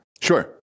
Sure